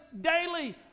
daily